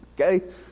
Okay